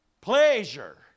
pleasure